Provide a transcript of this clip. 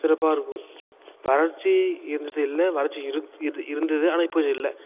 சிறப்பாக இருக்கும் வறட்சி இருந்ததில்லை வறட்சி இரு இரு இருந்தது ஆனால் இப்போ இல்லை